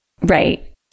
Right